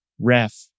ref